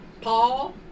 Paul